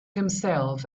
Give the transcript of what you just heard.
himself